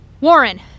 Warren